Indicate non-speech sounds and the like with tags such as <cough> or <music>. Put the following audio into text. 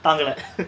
தாங்கல:thaangala <noise>